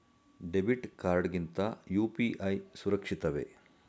Debit card ಗಿಂತ UPI ಸುರಕ್ಷಿತವೇ?